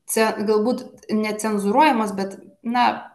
ce galbūt necenzūruojamos bet na